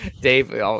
Dave